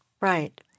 Right